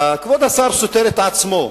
כבוד השר סותר את עצמו,